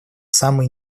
самые